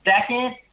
Second